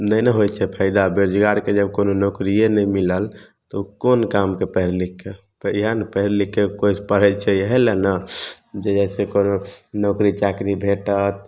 नहिने होइ छै फायदा बेरोजगारके जब कोनो नोकरिये नहि मिलल तऽ उ कोन कामके पढ़ि लिखिके एहन पढ़ि लिखिके कोइ पढ़य छै ईएहे लए ने जे जैसे कोनो नौकरी चाकरी भेटत